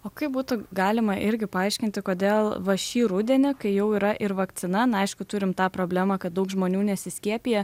o kaip būtų galima irgi paaiškinti kodėl va šį rudenį kai jau yra ir vakcina na aišku turim tą problemą kad daug žmonių nesiskiepija